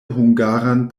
hungaran